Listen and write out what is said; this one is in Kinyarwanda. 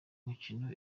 mukino